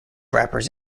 rappers